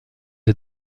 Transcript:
des